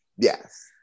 yes